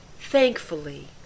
Thankfully